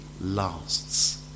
lasts